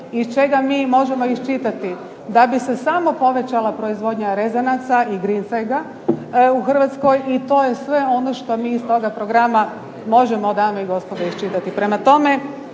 iz čega mi možemo iščitati da bi se samo povećala proizvodnja rezanaca i grincajga u Hrvatskoj i to je sve ono što mi iz toga programa možemo dame i gospodo iščitati.